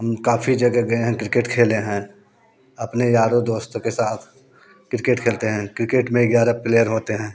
हम काफ़ी जगह गए हैं क्रिकेट खेले हैं अपने यारों दोस्तों के साथ क्रिकेट खेलते हैं क्रिकेट में ग्यारह प्लेयर होते हैं